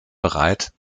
bereit